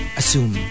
assume